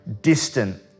distant